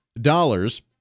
dollars